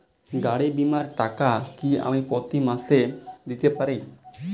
গাড়ী বীমার টাকা কি আমি প্রতি মাসে দিতে পারি?